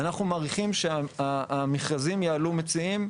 אנחנו מעריכים שהמכרזים יעלו מציעים,